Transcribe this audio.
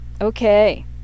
Okay